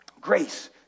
grace